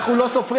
אנחנו לא סופרים.